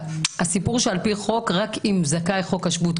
הסיפור שעל פי חוק רק אם זכאי חוק השבות,